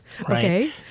Okay